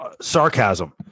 sarcasm